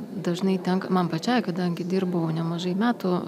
dažnai tenka man pačiai kadangi dirbau nemažai metų